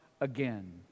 again